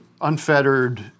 unfettered